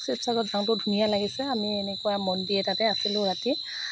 শিৱসাগৰত যাওঁতেও ধুনীয়া লাগিছে আমি এনেকুৱা মন্দিৰ এটাতে আছিলোঁ ৰাতি